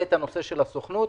את הנושא של הסוכנות.